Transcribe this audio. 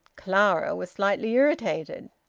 clara was slightly irritated.